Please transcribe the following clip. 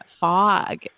fog